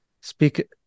speak